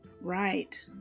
Right